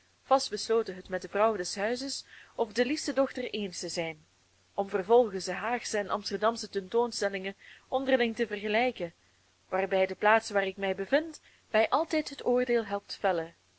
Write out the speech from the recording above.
vast besloten het met de vrouw des huizes of de liefste dochter eens te zijn om vervolgens de haagsche en de amsterdamsche tentoonstellingen onderling te vergelijken waarbij de plaats waar ik mij bevind mij altijd het oordeel helpt vellen